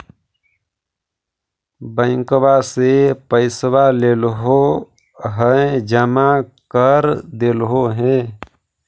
बैंकवा से पैसवा लेलहो है जमा कर देलहो हे?